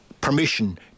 permission